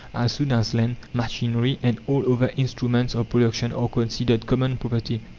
as soon as land, machinery, and all other instruments of production are considered common property.